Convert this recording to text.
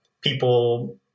people